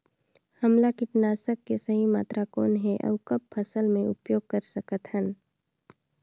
हमला कीटनाशक के सही मात्रा कौन हे अउ कब फसल मे उपयोग कर सकत हन?